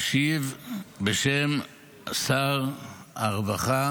אשיב בשם שר הרווחה